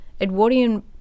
Edwardian